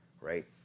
right